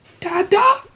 Dada